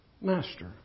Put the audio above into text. Master